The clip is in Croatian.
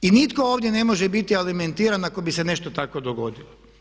I nitko ovdje ne može biti alimentiran ako bi se nešto takvo dogodilo.